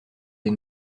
des